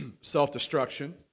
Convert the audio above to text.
self-destruction